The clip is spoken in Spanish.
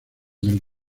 del